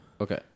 Okay